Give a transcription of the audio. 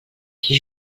qui